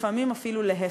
לפעמים אפילו להפך.